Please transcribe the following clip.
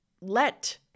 let